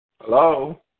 Hello